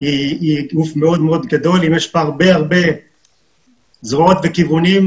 היא גוף מאוד מאוד גדול ויש בה הרבה מאוד זרועות וכיוונים.